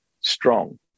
strong